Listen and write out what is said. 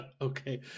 Okay